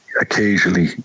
occasionally